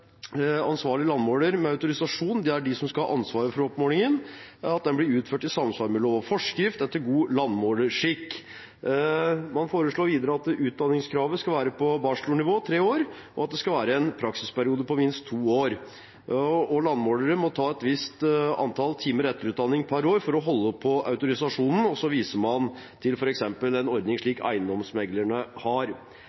ansvarlig landmåler med autorisasjon skal ha ansvaret for oppmålingen, og at den blir utført i samsvar med lov og forskrift etter god landmålerskikk. Man foreslår videre at utdanningskravet skal være på bachelornivå, tre år, og at det skal være en praksisperiode på minst to år. Landmålere må ta et visst antall timer etterutdanning per år for å holde på autorisasjonen, og så viser man til f.eks. en slik ordning